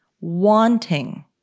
Wanting